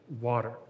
water